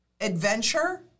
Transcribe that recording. adventure